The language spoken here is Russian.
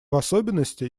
особенности